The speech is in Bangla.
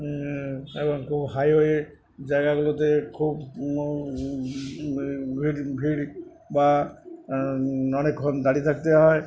এবং খুব হাইওয়ে জায়গাগুলোতে খুব ভিড় ভিড় বা অনেকক্ষণ দাঁড়িয়ে থাকতে হয়